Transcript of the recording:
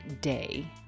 day